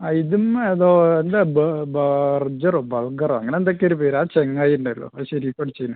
ഇതും ഏതോ എന്ത് ബ ബർജറോ ബർഗറോ അങ്ങനെ എന്തൊക്കെയോ ഒരു പേര് ആ ചങ്ങാതി ഉണ്ടല്ലോ അത് ശരീഫ് അടിച്ചിന്